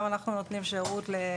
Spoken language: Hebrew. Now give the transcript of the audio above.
אנחנו גם נותנים שירות למסתננים,